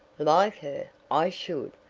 like her? i should,